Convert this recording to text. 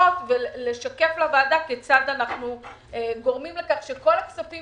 ולשקף לוועדה כיצד אנחנו גורמים לכך שכל הכספים